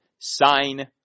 sign